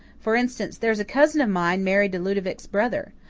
for instance, there's a cousin of mine married to ludovic's brother.